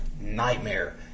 nightmare